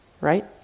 right